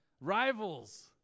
Rivals